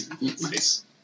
Nice